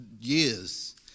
years